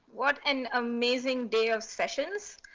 what an amazing day of sessions.